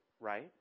right